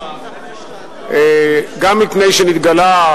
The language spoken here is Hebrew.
גם מפני שנתגלה,